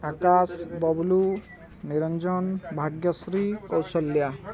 Akash Bablu Niranjan Bhagyashree Kaushalya